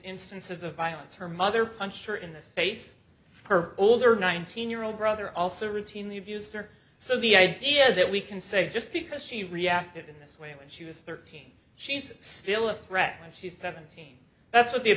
instances of violence her mother punched her in the face her older nineteen year old brother also routinely abused her so the idea that we can say just because she reacted in this way when she was thirteen she's still a threat and she's seventeen that's what the